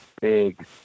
big